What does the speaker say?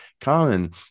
common